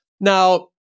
Now